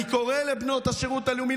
אני קורא לבנות השירות הלאומי,